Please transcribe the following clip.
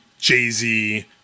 Jay-Z